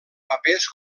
papers